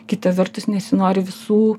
kita vertus nesinori visų